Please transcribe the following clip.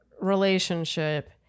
relationship